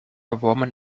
woman